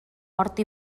hort